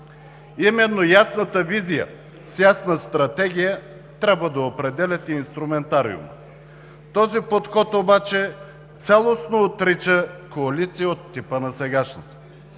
Именно ясната визия с ясна стратегия трябва да определят инструментариума. Този подход обаче цялостно отрича коалиция от типа на сегашната.